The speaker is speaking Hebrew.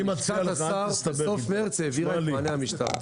אבל לשכת השר בסוף מרס העבירה את מענה המשטרה.